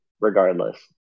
regardless